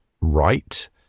right